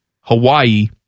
Hawaii